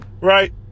right